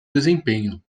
desempenho